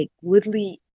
Woodley